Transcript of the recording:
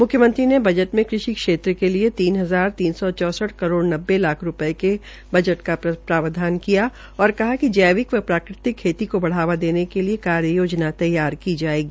मुख्यमंत्री ने बजट में कृषि क्षेत्र के लिए तीन हजार तीन सौ चौसठ करोड़ नब्बे लाख रूपये के बजट का प्रावधान किया और कहा कि जैविक व प्राकृतिक खेती को बढ़ावा देने के लिए कार्य योजना तैयार की जायेगा